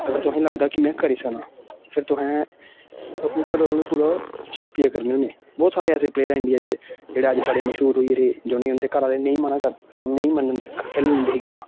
अगर तुसेंगी लगदा कि में करी सकना फिर तुसें अपने घर आह्ले कोला छप्पियै करने होन्ने बहुत सारे ऐसे प्लेयर इंडिया च जेह्ड़े अज्ज बड़े मश्हूर होई गेदे जिनें उंदे घरै आह्ले नेईं मना करदे नेईं खेलन दिंदे हे गेमां